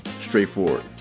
straightforward